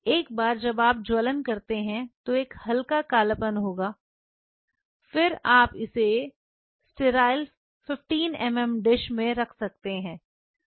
एक बार जब आप ज्वलन करते हैं तो एक हल्का कालापन होगा और फिर आप इसे स्टेराइल 15 मिमी डिश में रख सकते हैं